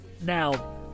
Now